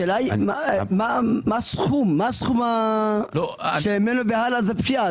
השאלה היא מה הסכום שממנו והלאה זה פשיעה?